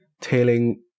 tailing